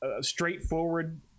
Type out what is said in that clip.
straightforward